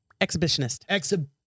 Exhibitionist